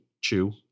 chew